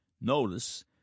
Notice